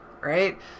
right